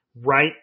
right